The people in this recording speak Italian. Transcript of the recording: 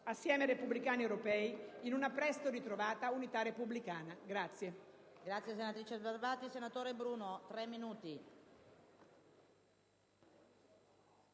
assieme ai Repubblicani europei, in una presto ritrovata unità repubblicana.